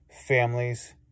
families